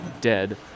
dead